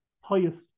highest